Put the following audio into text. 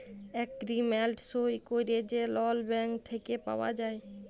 agreement সই ক্যইরে যে লল ব্যাংক থ্যাইকে পাউয়া যায়